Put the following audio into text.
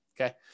Okay